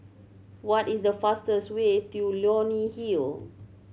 what is the fastest way to Leonie Hill